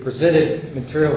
presented material